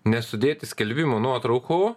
nesudėti skelbimų nuotraukų